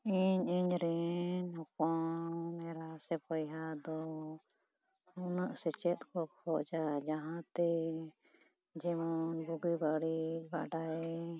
ᱤᱧ ᱤᱧᱨᱮᱱ ᱦᱚᱯᱚᱱ ᱮᱨᱟ ᱥᱮ ᱵᱚᱭᱦᱟ ᱫᱚ ᱩᱱᱟᱹᱜ ᱥᱮᱪᱮᱫ ᱠᱚ ᱠᱷᱚᱡᱟ ᱡᱟᱦᱟᱛᱮ ᱡᱮᱢᱚᱱ ᱵᱩᱜᱤ ᱵᱟᱹᱲᱤᱡ ᱵᱟᱰᱟᱭ